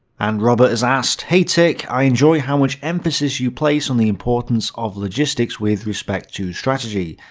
and robert has asked, hey tik, i enjoy how much emphasis you place on the importance of logistics with respect to strategy.